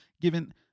given